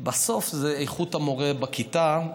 בסוף זה איכות המורה בכיתה.